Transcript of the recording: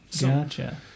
Gotcha